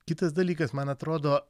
kitas dalykas man atrodo